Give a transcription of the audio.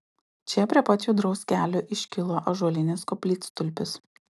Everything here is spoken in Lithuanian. čia prie pat judraus kelio iškilo ąžuolinis koplytstulpis